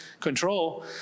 control